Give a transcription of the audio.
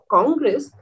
Congress